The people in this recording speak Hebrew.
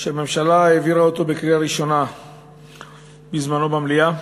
שהממשלה העבירה אותו בקריאה ראשונה בזמנו במליאה,